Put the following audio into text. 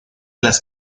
las